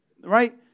Right